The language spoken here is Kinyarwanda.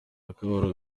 akababaro